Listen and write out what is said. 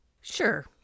Sure